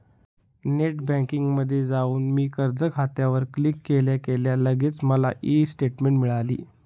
net बँकिंगमध्ये जाऊन मी कर्ज खात्यावर क्लिक केल्या केल्या लगेच मला ई स्टेटमेंट मिळाली